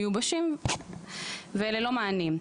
הם מיובשים והם ללא מענים.